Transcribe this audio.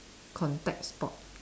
contact sport